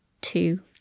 two